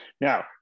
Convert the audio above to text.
Now